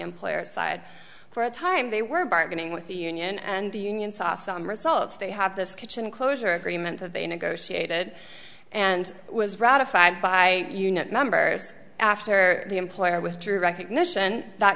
employer's side for a time they were bargaining with the union and the union saw some results they have this kitchen closure agreement that they negotiated and was ratified by union members after the employer withdrew recognition